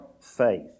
faith